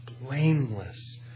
blameless